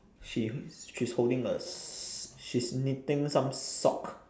she's she's holding a s~ she's knitting some sock